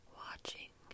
watching